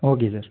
okay sir